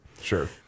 Sure